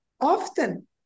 Often